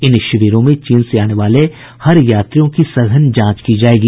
इन शिविरों में चीन से आने वाले हर यात्रियों की सघन जांच की जायेगी